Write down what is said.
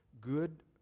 good